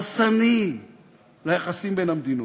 הרסני ליחסים בין המדינות.